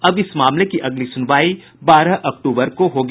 अब इस मामले की अगली सुनवाई बारह अक्टूबर को होगी